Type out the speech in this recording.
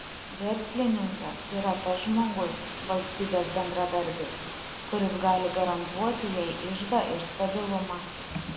verslininkas yra tas žmogus valstybės bendradarbis kuris gali garantuoti jai iždą ir stabilumą